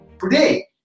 today